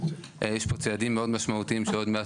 יש פה צעדים מאוד משמעותיים שעוד מעט